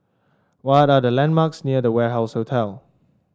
what are the landmarks near The Warehouse Hotel